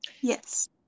Yes